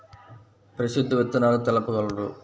ప్రసిద్ధ విత్తనాలు తెలుపగలరు?